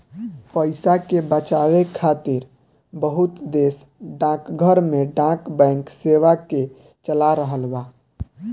पइसा के बचावे खातिर बहुत देश डाकघर में डाक बैंक सेवा के चला रहल बा